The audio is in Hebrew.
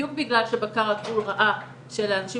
בדיוק בגלל שבקר הגבול ראה שאלה אנשים